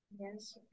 Yes